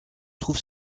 trouve